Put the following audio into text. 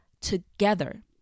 together